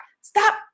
Stop